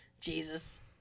Jesus